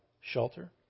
shelter